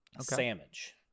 Sandwich